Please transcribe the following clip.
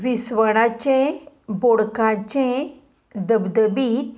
विसवणाचें बोडकाचें धबधबीत